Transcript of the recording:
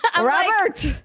Robert